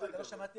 משמעותי.